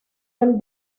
del